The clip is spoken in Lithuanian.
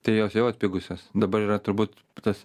tai jos jau atpigusios dabar yra turbūt tas